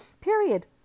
Period